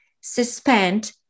suspend